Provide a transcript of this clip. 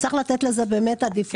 צריך לתת לזה באמת עדיפות,